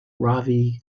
ravi